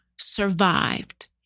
survived